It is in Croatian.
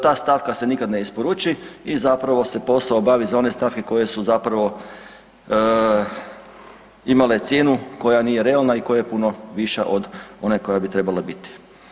Ta stavka se nikad ne isporuči i zapravo se posao obavi za one stavke koje su imale cijenu koja nije realna i koja je puno više od one koja bi trebala biti.